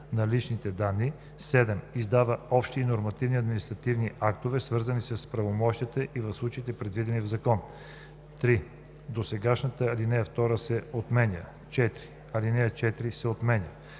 на личните данни; 7. издава общи и нормативни административни актове, свързани с правомощията ѝ, в случаите, предвидени в закон.“ 3. Досегашната ал. 2 се отменя. 4. Алинея 4 се отменя.“